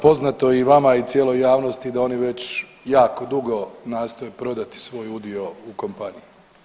Poznato je i vama i cijeloj javnosti da oni već jako dugo nastoje prodati svoj udio u kompaniji.